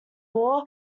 war